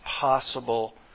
possible